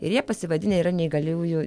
ir jie pasivadinę yra neįgaliųjų